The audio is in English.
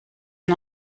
and